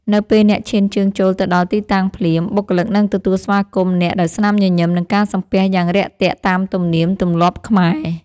នៅពេលអ្នកឈានជើងចូលទៅដល់ទីតាំងភ្លាម បុគ្គលិកនឹងទទួលស្វាគមន៍អ្នកដោយស្នាមញញឹម និងការសំពះយ៉ាងរាក់ទាក់តាមទំនៀមទម្លាប់ខ្មែរ។